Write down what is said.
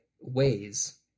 ways